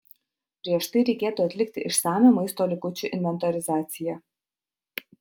prieš tai reikėtų atlikti išsamią maisto likučių inventorizacija